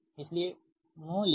इसलिएमो लिखा